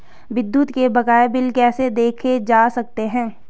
विद्युत के बकाया बिल कैसे देखे जा सकते हैं?